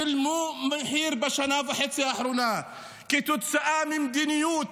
שילמו מחיר בשנה וחצי האחרונות כתוצאה ממדיניות